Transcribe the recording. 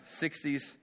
60s